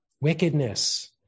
wickedness